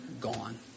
gone